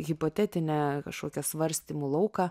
hipotetinę kažkokią svarstymų lauką